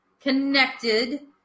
connected